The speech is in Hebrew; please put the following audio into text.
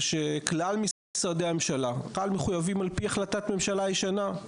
שכלל משרדי הממשלה מחויבים על פי החלטת ממשלה ישנה,